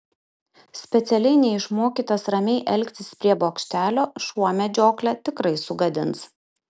specialiai neišmokytas ramiai elgtis prie bokštelio šuo medžioklę tikrai sugadins